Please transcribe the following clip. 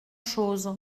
chose